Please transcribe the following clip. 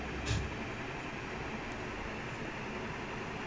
ah dude honestly the the Chelsea trottanum match அது தான் பார்க்கனும்:athu dhaan paarkkanum